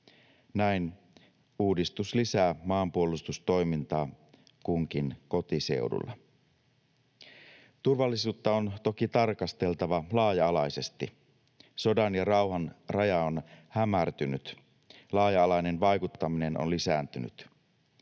Näin uudistus lisää maanpuolustustoimintaa kunkin kotiseudulla. Turvallisuutta on toki tarkasteltava laaja-alaisesti. Sodan ja rauhan raja on hämärtynyt. Laaja-alainen vaikuttaminen on lisääntynyt.